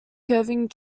curving